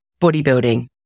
bodybuilding